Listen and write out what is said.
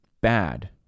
bad